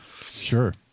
Sure